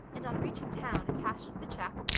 and on reaching town, cashed the check,